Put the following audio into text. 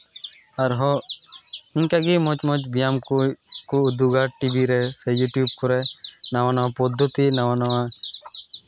ᱟᱨ ᱦᱚᱸ ᱤᱱᱠᱟᱹᱜᱮ ᱢᱚᱡᱽ ᱢᱚᱡᱽ ᱵᱮᱭᱟᱢ ᱠᱚ ᱠᱚ ᱩᱫᱩᱜᱽᱼᱟ ᱴᱤᱵᱷᱤ ᱨᱮ ᱥᱮ ᱤᱭᱩᱴᱩᱵᱽ ᱠᱚᱨᱮ ᱱᱟᱣᱟ ᱱᱟᱣᱟ ᱯᱚᱫᱫᱷᱚᱛᱤ ᱱᱟᱣᱟ ᱱᱟᱣᱟ